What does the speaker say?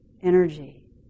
energy